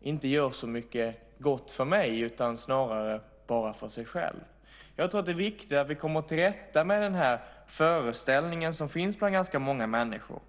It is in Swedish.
inte gör så mycket gott för mig utan snarare bara för sig själva. Det är viktigt att vi kommer till rätta med den föreställning som finns bland ganska många människor.